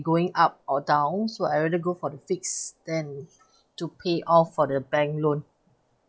going up or down so I rather go for the fixed than to pay off for the bank loan